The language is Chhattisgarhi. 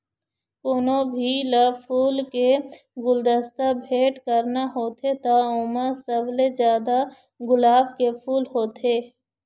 कोनो भी ल फूल के गुलदस्ता भेट करना होथे त ओमा सबले जादा गुलाब के फूल होथे